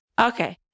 Okay